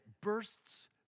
bursts